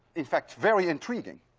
in fact, very intriguing.